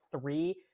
three